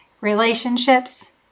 relationships